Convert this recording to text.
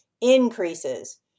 increases